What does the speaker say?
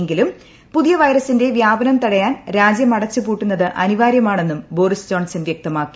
എങ്കിലും പുതിയ വൈറസിന്റെ വ്യാപനം തടയാൻ രാജ്യം അടച്ചുപൂട്ടുന്നത് അനിവാര്യമാണെന്നും ബോറിസ് ജോൺസൺ വ്യക്തമാക്കി